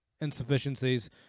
insufficiencies